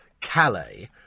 Calais